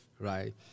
right